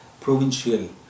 provincial